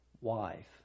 wife